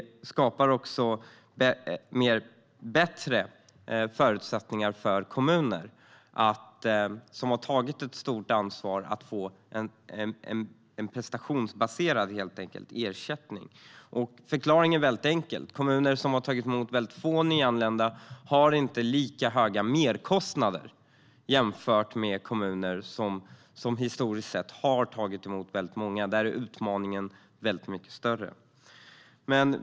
Det skapar också bättre förutsättningar för kommuner som tar ett stort ansvar att få en prestationsbaserad ersättning. Förklaringen är enkel. Kommuner som tar emot få nyanlända har inte lika höga merkostnader som kommuner som tar emot många. I de senare är utmaningen mycket större.